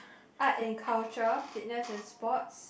art and culture fitness and sports